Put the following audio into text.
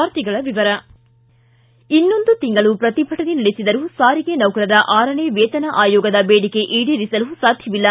ವಾರ್ತೆಗಳ ವಿವರ ಇನ್ನೊಂದು ತಿಂಗಳು ಪ್ರತಿಭಟನೆ ನಡೆಸಿದರೂ ಸಾರಿಗೆ ನೌಕರರ ಆರನೇ ವೇತನ ಆಯೋಗದ ಸಾಧ್ಯವಿಲ್ಲ